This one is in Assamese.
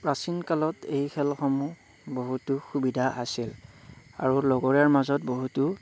প্ৰাচীন কালত এই খেলসমূহ বহুতো সুবিধা আছিল আৰু লগৰীয়াৰ মাজত বহুতো